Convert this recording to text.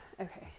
Okay